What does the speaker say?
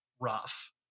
rough